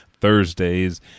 Thursdays